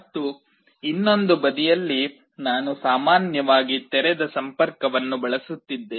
ಮತ್ತು ಇನ್ನೊಂದು ಬದಿಯಲ್ಲಿ ನಾನು ಸಾಮಾನ್ಯವಾಗಿ ತೆರೆದ ಸಂಪರ್ಕವನ್ನು ಬಳಸುತ್ತಿದ್ದೇನೆ